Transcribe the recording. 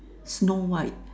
Snow White